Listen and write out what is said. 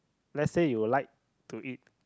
let's say you would like to eat